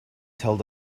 told